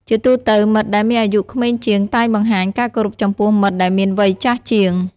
ជាទូទៅមិត្តដែលមានអាយុក្មេងជាងតែងបង្ហាញការគោរពចំពោះមិត្តដែលមានវ័យចាស់ជាង។